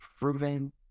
proven